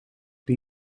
die